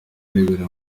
arebera